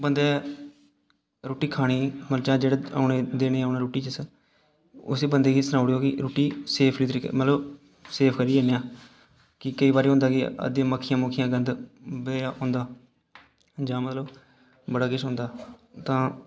बंदे ने रुट्टी खानी मर्चा जेह्ड़ी ओने देने आनी रुट्टी जिस उसी बंदे गी सनाआ ओड़ेओ कि रुट्टी सेफली तरीके मतलब सेफ करी ऐ आह्नेआं कि केईं बारी होंदा कि अद्धी मक्खियां मुक्खियां गंद पेदा होंदा जां मतलब बड़ा किश होंदा तां